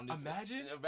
Imagine